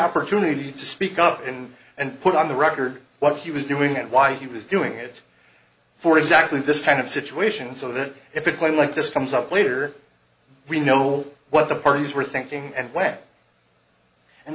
opportunity to speak up and and put on the record what he was doing and why he was doing it for exactly this kind of situation so that if it went like this comes up later we know what the pardons were thinking and way and